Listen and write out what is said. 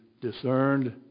discerned